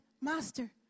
Master